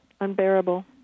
unbearable